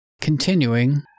continuing